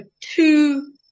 two